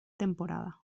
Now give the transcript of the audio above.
temporada